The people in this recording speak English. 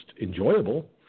enjoyable